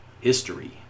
history